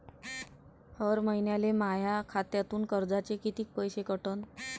हर महिन्याले माह्या खात्यातून कर्जाचे कितीक पैसे कटन?